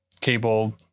Cable